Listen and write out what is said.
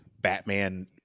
Batman